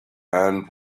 and